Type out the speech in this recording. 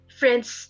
friends